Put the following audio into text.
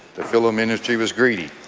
the film industry was greedy.